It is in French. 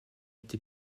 été